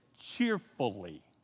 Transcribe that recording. cheerfully